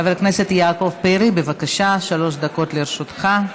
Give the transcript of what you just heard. חבר הכנסת יעקב פרי, בבקשה, שלוש דקות לרשותך.